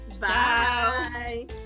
bye